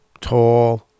tall